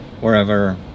Wherever